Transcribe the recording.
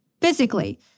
physically